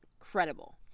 incredible